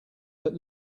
but